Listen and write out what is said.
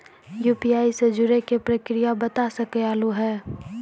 UPI से जुड़े के प्रक्रिया बता सके आलू है?